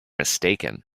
mistaken